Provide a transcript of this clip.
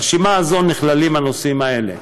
ברשימה הזאת נכללים הנושאים האלה: